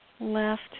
left